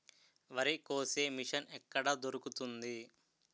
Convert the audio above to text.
వరి కోసే మిషన్ ఎక్కడ దొరుకుతుంది?